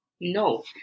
No